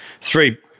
three